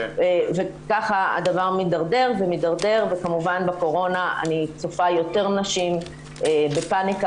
ככה הדבר מידרדר ומידרדר וכמובן בקורונה אני צופה יותר נשים בפניקה,